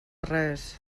res